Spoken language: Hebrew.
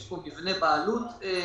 יש פה מבנה בעלות שונה,